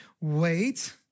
Wait